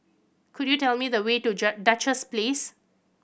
could you tell me the way to Duchess Place